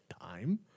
time